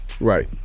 Right